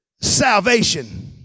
Salvation